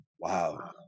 Wow